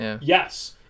Yes